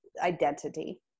identity